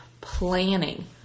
planning